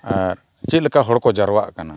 ᱟᱨ ᱪᱮᱫ ᱞᱮᱠᱟ ᱦᱚᱲ ᱠᱚ ᱡᱟᱨᱣᱟᱜ ᱠᱟᱱᱟ